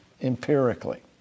empirically